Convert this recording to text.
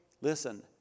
Listen